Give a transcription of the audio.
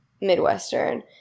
Midwestern